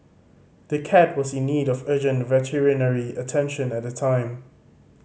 the cat was in need of urgent veterinary attention at the time